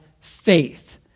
faith